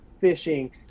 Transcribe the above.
fishing